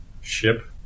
ship